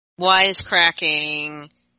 wisecracking